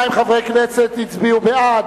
32 חברי כנסת הצביעו בעד,